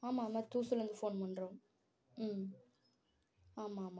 ஆமாம் ஆமாம் தூசுசூர்லேந்து ஃபோன் பண்ணுறோம் ம் ஆமாம் ஆமாம்